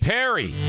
Perry